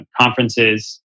conferences